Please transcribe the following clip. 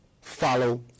follow